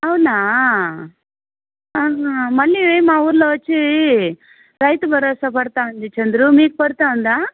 అవునా ఆహా మళ్ళీ మా ఊళ్ళో వచ్చి రైతు భరోసా పడుతుంది చంద్రు మీకు పడుతుందా